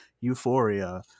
euphoria